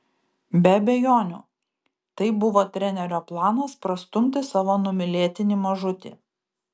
be abejonių tai buvo trenerio planas prastumti savo numylėtinį mažutį